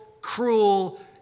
cruel